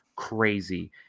Crazy